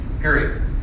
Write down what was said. Period